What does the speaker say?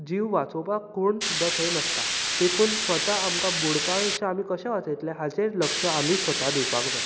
जीव वाचोवपाक कोण सुद्दां थंय नासता देखून स्वता आमकां बुडपा पेक्षा आमी कशे वाचयतले हाचेर लक्ष आमीच स्वता दिवपाक जाय